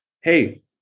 hey